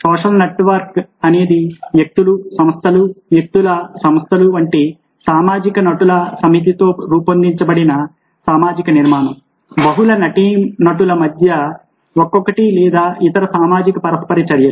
social network అనేది వ్యక్తులు సంస్థలు వ్యక్తుల సంస్థలు వంటి సామాజిక నటుల సమితితో రూపొందించబడిన సామాజిక నిర్మాణం బహుళ నటీనటుల మధ్య ఒక్కొక్కటిగా లేదా ఇతర సామాజిక పరస్పర చర్యలు